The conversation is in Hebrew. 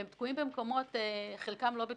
והם תקועים במקומות חלקם לא בטיחותיים,